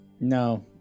No